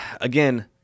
Again